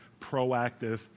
proactive